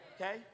Okay